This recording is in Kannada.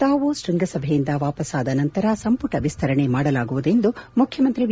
ದಾವೋಸ್ ಶೃಂಗಸಭೆಯಿಂದ ವಾಪಸ್ಲಾದ ನಂತರ ಸಂಪುಟ ವಿಸ್ತರಣೆ ಮಾಡಲಾಗುವುದು ಎಂದು ಮುಖ್ಯಮಂತ್ರಿ ಬಿ